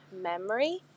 memory